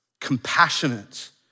compassionate